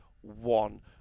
one